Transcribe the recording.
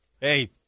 Hey